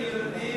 ילדים,